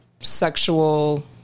sexual